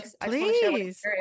please